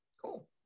Cool